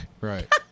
Right